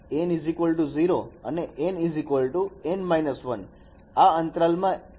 n 0 થી n N 1 આ અંતરાલમાં એની દરેક પૂર્ણાંક કિંમત હોય છે